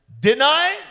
deny